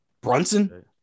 Brunson